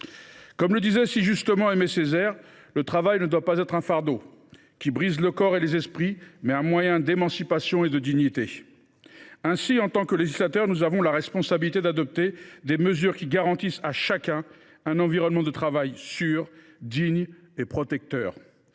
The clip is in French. Comme le disait si justement Aimé Césaire, le travail doit être non pas un fardeau qui brise les corps et les esprits, mais un moyen d’émancipation et de dignité. Ainsi, en tant que législateurs, nous avons la responsabilité d’adopter des mesures qui garantissent à chacun un environnement de travail sûr, digne et protecteur.